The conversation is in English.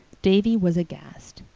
davy was aghast.